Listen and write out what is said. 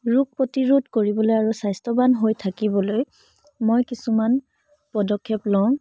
ৰোগ প্ৰতিৰোধ কৰিবলৈ আৰু স্বাস্থ্যৱান হৈ থাকিবলৈ মই কিছুমান পদক্ষেপ লওঁ